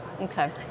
Okay